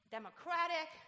Democratic